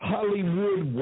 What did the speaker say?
Hollywood